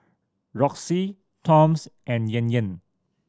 Roxy Toms and Yan Yan